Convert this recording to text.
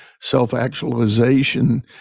self-actualization